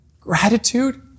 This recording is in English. Gratitude